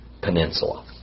Peninsula